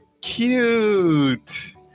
Cute